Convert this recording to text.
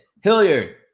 Hilliard